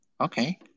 Okay